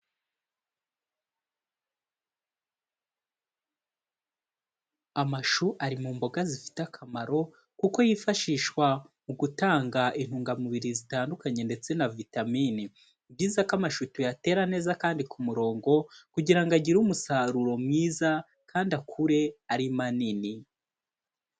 Amashu ari mu mboga zifite akamaro kuko yifashishwa mu gutanga intungamubiri zitandukanye ndetse na vitamine. Ni byiza ko amashu tuyatera neza kandi ku murongo kugira ngo agire umusaruro mwiza kandi akure ari manini.